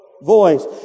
Voice